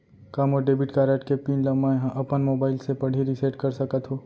का मोर debit card के पिन ल मैं ह अपन मोबाइल से पड़ही रिसेट कर सकत हो?